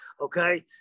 okay